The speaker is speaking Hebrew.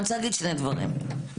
אני רוצה להגיד שני דברים בלבד.